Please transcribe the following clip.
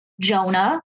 Jonah